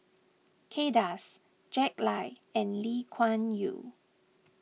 Kay Das Jack Lai and Lee Kuan Yew